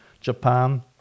Japan